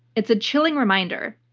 it's a chilling reminder,